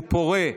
הוא פורה.